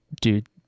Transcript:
dude